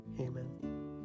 Amen